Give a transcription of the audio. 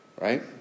right